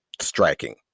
striking